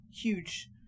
huge